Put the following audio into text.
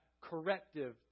corrective